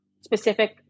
specific